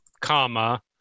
comma